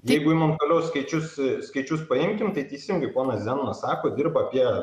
jeigu imam toliau skaičius skaičius paimkim tai teisingai ponas zenonas sako dirba apie